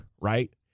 right